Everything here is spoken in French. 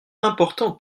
importante